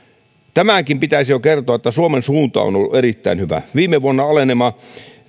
tämänkin pitäisi jo kertoa että suomen suunta on ollut erittäin hyvä viime vuonna